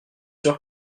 sûr